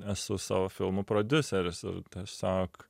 esu savo filmų prodiuseris ir tiesiog